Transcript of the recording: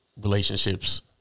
Relationships